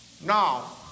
Now